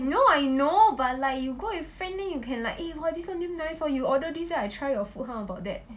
no I know but like you go with friend then you can like eh !wah! this one damn nice oo you order this then I try your food how about that